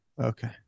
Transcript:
Okay